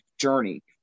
journey